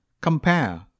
Compare